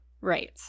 Right